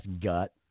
gut